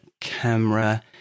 camera